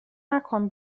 نکن